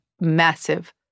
massive